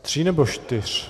Tří nebo čtyř?